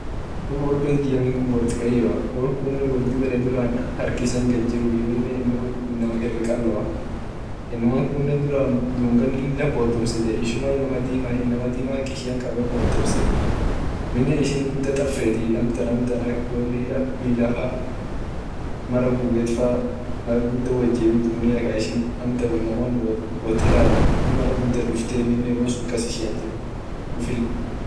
Wor belgium diqeyyo wor kuune wor duraan dibede gad jiruu inama kune inama irre qallo inama kune duraan dungan gudaa bodomsitee inama dima ak ishia ati bodomsee aminen ishin guda tab fetii ak milafa ak gugetaanen wojebi dunia ishinen mara guda hiisheti.